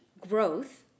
growth